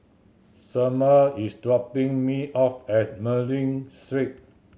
Selmer is dropping me off at Mei Ling Street